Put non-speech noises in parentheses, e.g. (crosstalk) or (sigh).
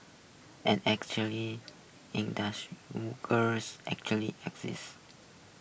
an actually (unintelligible) girls actually exist